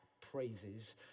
praises